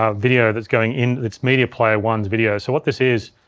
um video that's going in, it's media player one's video. so what this is,